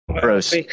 gross